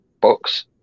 books